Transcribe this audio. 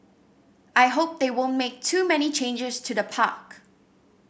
I hope they won't make too many changes to the park